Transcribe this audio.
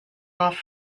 off